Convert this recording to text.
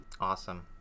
Awesome